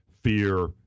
fear